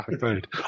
food